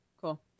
Cool